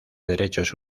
derechos